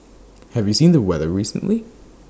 have you seen the weather recently